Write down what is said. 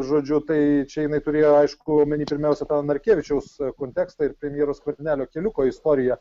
žodžiu tai čia jinai turėjo aišku omeny pirmiausia tą narkevičiaus kontekstą ir premjero skvernelio keliuko istoriją